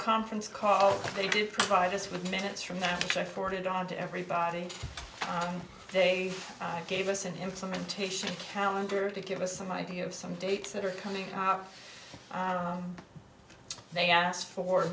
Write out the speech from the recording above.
conference call they did provide us with minutes from now i forwarded on to everybody they gave us an implementation calendar to give us some idea of some dates that are coming up they asked for